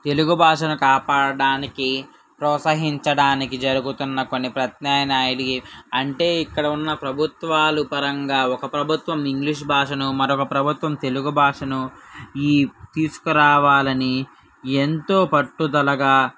తెలుగు భాషను కాపాడడానికి ప్రోత్సహించడానికి జరుగుతున్న కొన్ని ప్రత్యమ్నాయాలు అంటే ఇక్కడ ఉన్న ప్రభుత్వాలు పరంగా ఒక ప్రభుత్వం ఇంగ్లీష్ భాషను మరొక ప్రభుత్వం తెలుగు భాషను ఈ తీసుకురావాలని ఎంతో పట్టుదలగా